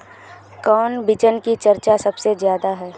कौन बिचन के चर्चा सबसे ज्यादा है?